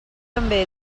també